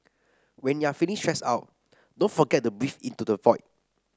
when you are feeling stressed out don't forget to breathe into the void